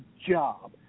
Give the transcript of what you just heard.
job